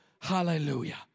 Hallelujah